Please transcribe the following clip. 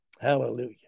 hallelujah